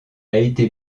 été